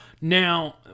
Now